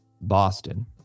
Boston